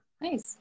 nice